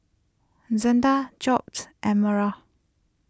Zetta Job Elmira